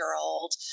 old